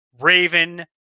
Raven